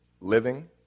living